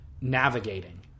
navigating